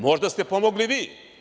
Možda ste pomogli vi.